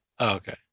Okay